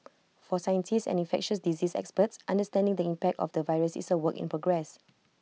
for scientists and infectious diseases experts understanding the impact of the virus is A work in progress